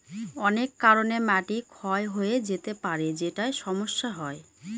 অনেক কারনে মাটি ক্ষয় হয়ে যেতে পারে যেটায় সমস্যা হয়